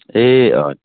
ए अँ